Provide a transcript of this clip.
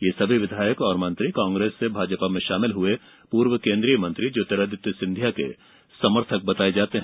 यह सभी विधायक और मंत्री कांग्रेस से भाजपा में शामिल हुए पूर्व केन्द्रीय मंत्री ज्योतिरादित्य सिंधिया के समर्थक बताये जाते हैं